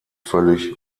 völlig